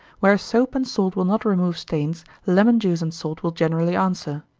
where soap and salt will not remove stains, lemon-juice and salt will generally answer.